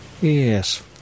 Yes